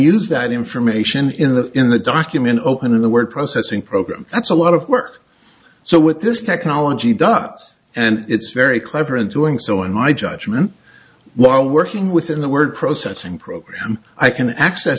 use that information in the in the document open in the word processing program that's a lot of work so with this technology ducts and it's very clever and doing so in my judgment while working within the word processing program i can access